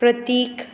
प्रतीक